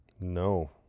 No